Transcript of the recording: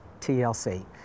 TLC